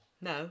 No